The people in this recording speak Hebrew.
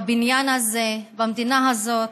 בבניין הזה, במדינה הזאת,